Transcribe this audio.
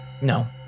No